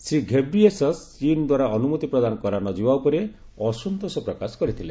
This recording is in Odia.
ଶ୍ରୀ ଘେବ୍ରିୟେସସ୍ ଚୀନ୍ ଦ୍ୱାରା ଅନୁମତି ପ୍ରଦାନ କରା ନଯିବା ଉପରେ ଅସନ୍ତୋଷ ପ୍ରକାଶ କରିଥିଲେ